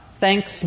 Thanks